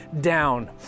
down